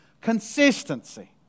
consistency